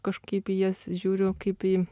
kažkaip į jas žiūriu kaip į